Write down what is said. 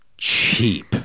Cheap